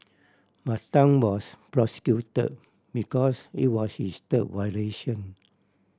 but Tan was prosecuted because it was his third violation